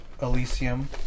Elysium